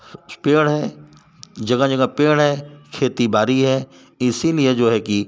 पेड़ है जगह जगह पेड़ है खेती बाड़ी है इसीलिए जो है कि